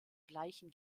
gleichen